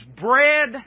bread